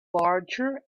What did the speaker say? larger